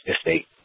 estate